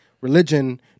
religion